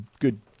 good